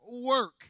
work